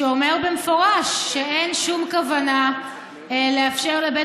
שאומר במפורש שאין שום כוונה לאפשר לבית